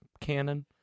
canon